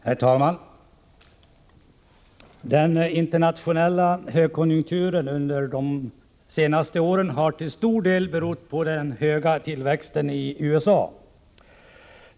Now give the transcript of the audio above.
Herr talman! Den internationella högkonjunkturen under de två senaste åren har till stor del berott på den höga tillväxten i USA.